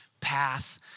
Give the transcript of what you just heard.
path